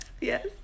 Yes